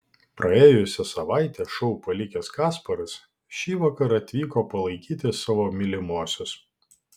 praėjusią savaitę šou palikęs kasparas šįvakar atvyko palaikyti savo mylimosios